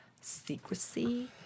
secrecy